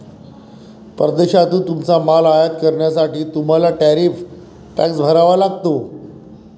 परदेशातून तुमचा माल आयात करण्यासाठी तुम्हाला टॅरिफ टॅक्स भरावा लागतो